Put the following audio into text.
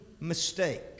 mistake